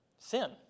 sin